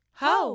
ho